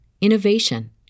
innovation